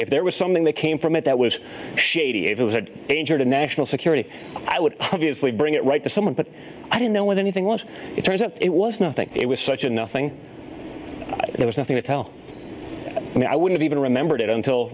if there was something that came from it that was shady it was an angel to national security i would obviously bring it right to someone but i don't know what anything and it turns out it was nothing it was such a nothing there was nothing to tell and i wouldn't even remember it until